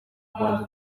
rya